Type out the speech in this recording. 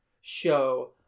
show